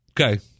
Okay